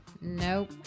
Nope